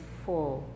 full